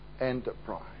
enterprise